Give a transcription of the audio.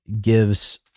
gives